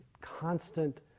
constant